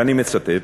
ואני מצטט: